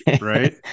right